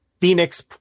Phoenix